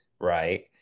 Right